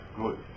good